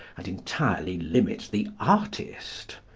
and entirely limit the artist.